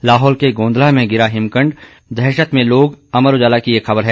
लाहौल के गोंधला में गिरा हिमखंड दहशत में लोग अमर उजाला की एक ख़बर है